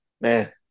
Man